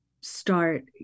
start